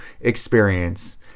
experience